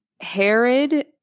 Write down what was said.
Herod